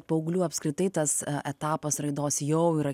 paauglių apskritai tas etapas raidos jau yra